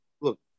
look